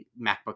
MacBook